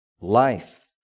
life